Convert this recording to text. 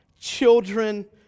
children